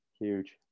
huge